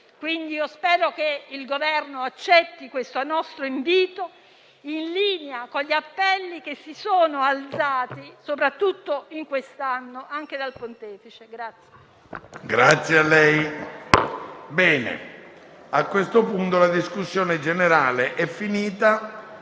quindi che il Governo accetti questo nostro invito in linea con gli appelli che sono venuti, soprattutto in quest'anno, anche dal Pontefice.